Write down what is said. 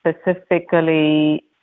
specifically